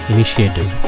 Initiative